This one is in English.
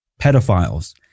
pedophiles